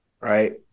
right